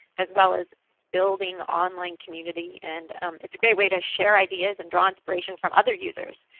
as well as building online community. and it's a great way to share ideas and draw inspiration from other users.